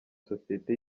sosiyete